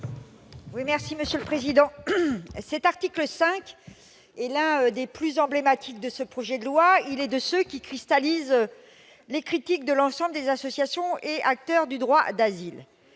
Éliane Assassi, sur l'article. L'article 5, l'un des plus emblématiques de ce projet de loi, est de ceux qui cristallisent les critiques de l'ensemble des associations et acteurs du droit d'asile.